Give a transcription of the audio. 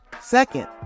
Second